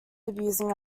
abusing